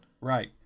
Right